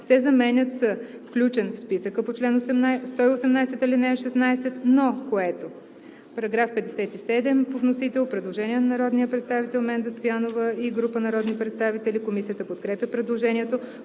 се заменят с „включен в списъка по чл. 118, ал. 16, но което“. По § 57 има предложение на народния представител Менда Стоянова и група народни представители. Комисията подкрепя предложението.